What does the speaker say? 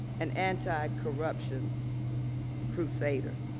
an anticorruption crusader.